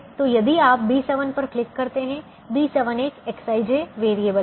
तो यदि आप B7 पर क्लिक करते हैं B7 एक Xij वेरिएबल है